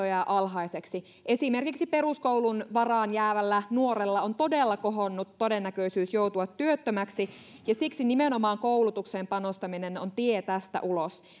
jää alhaiseksi esimerkiksi peruskoulun varaan jäävällä nuorella on todella kohonnut todennäköisyys joutua työttömäksi ja siksi nimenomaan koulutukseen panostaminen on tie tästä ulos